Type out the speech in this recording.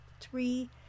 three